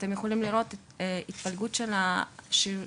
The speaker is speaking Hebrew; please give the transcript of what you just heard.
אתם יכולים לראות את התפלגות הנתונים המשותפת,